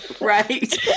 Right